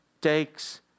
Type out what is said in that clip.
takes